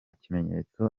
kimenyetso